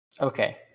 Okay